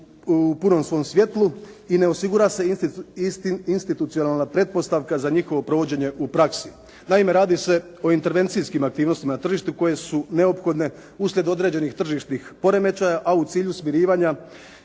u punom svom svjetlu i ne osigura se institucionalna pretpostavka za njihovo provođenje u praksi. Naime, radi se o intervencijskim aktivnostima na tržištu koje su neophodne uslijed određenih tržišnih poremećaja, a u cilju smirivanja